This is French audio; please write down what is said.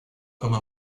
comme